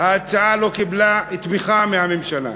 ההצעה לא קיבלה תמיכה מהממשלה.